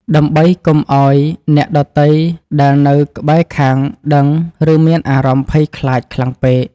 ដើម្បីកុំឱ្យអ្នកដទៃដែលនៅក្បែរខាងដឹង ឬមានអារម្មណ៍ភ័យខ្លាចខ្លាំងពេក។